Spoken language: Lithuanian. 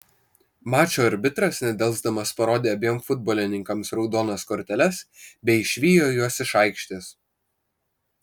mačo arbitras nedelsdamas parodė abiem futbolininkams raudonas korteles bei išvijo juos iš aikštės